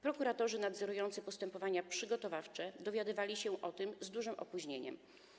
Prokuratorzy nadzorujący postępowania przygotowawcze dowiadywali się o tym z dużym opóźnieniem.